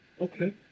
Okay